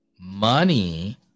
Money